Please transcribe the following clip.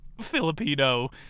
Filipino